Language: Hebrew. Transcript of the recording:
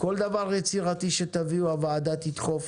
כל דבר יצירתי שתביאו, הוועדה תדחוף